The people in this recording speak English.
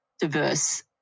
diverse